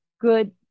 good